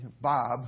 Bob